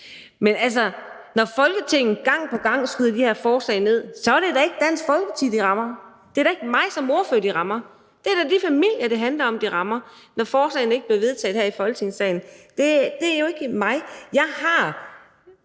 Men altså, når Folketinget gang på gang skyder de her forslag ned, er det da ikke Dansk Folkeparti, de rammer. Det er da ikke mig som ordfører, de rammer; det er da de familier, som det handler om, de rammer, når forslagene ikke bliver vedtaget her i Folketingssalen. Det er jo ikke mig. Jeg har